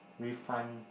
with fun